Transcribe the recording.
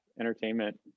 Entertainment